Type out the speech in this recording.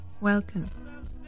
Welcome